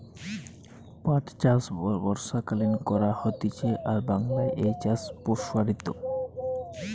পাট চাষ বর্ষাকালীন করা হতিছে আর বাংলায় এই চাষ প্সারিত